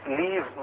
leave